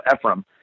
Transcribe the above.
Ephraim